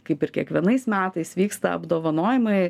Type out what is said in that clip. kaip ir kiekvienais metais vyksta apdovanojimai